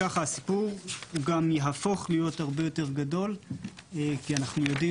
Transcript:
הסיפור גם יהפוך להיות הרבה יותר גדול כי אנחנו יודעים,